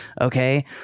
Okay